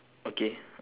okay